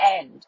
end